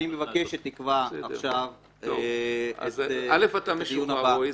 אני מבקש שתקבע עכשיו לדיון הבא -- אתה משוחרר רועי,